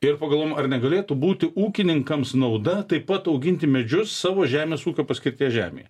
ir pagalvojom ar negalėtų būti ūkininkams nauda taip pat auginti medžius savo žemės ūkio paskirties žemėje